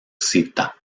cita